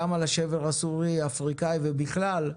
גם על השבר הסורי-אפריקאי ובכלל,